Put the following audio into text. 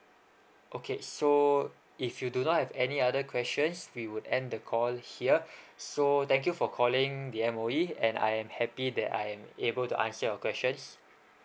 okay so if you do not have any other questions we would end the call here so thank you for calling the M_O_E and I am happy that I am able to answer your questions